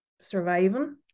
surviving